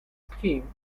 scheme